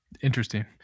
Interesting